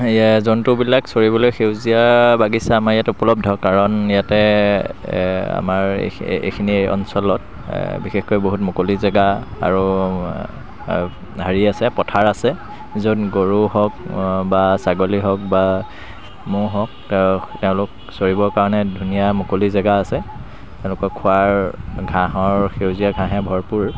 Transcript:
জন্তুবিলাক চৰিবলৈ সেউজীয়া বাগিচা আমাৰ ইয়াত উপলব্ধ কাৰণ ইয়াতে আমাৰ এখি এইখিনি অঞ্চলত বিশেষকৈ বহুত মুকলি জেগা আৰু হেৰি আছে পথাৰ আছে য'ত গৰু হওক বা ছাগলী হওক বা ম'হ হওক এওঁলোক চৰিবৰ কাৰণে ধুনীয়া মুকলি জেগা আছে তেওঁলোকৰ খোৱাৰ ঘাঁহৰ সেউজীয়া ঘাঁহে ভৰপূৰ